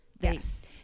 Yes